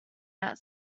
that